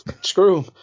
screw